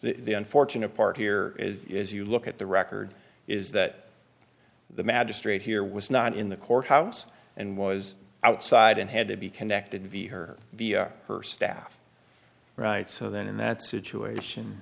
the unfortunate part here is you look at the record is that the magistrate here was not in the courthouse and was outside and had to be connected via her via her staff right so then in that situation